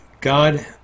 God